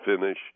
finish